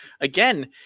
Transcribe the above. again